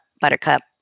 buttercup